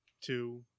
two